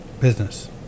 Business